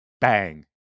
Bang